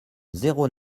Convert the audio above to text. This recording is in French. zéro